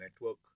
network